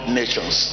nations